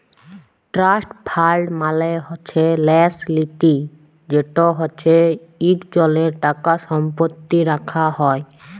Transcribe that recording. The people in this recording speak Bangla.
ট্রাস্ট ফাল্ড মালে হছে ল্যাস লিতি যেট হছে ইকজলের টাকা সম্পত্তি রাখা হ্যয়